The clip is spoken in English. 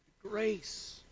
Grace